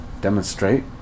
demonstrate